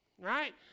right